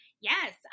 yes